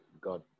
God